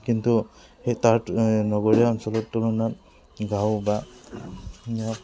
কিন্তু সেই তাৰ নগৰীয়া অঞ্চলৰ তুলনাত গাঁও বা